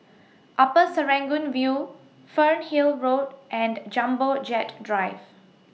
Upper Serangoon View Fernhill Road and Jumbo Jet Drive